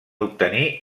obtenir